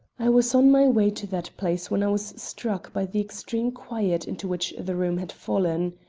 i was on my way to that place when i was struck by the extreme quiet into which the room had fallen.